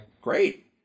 great